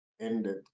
ended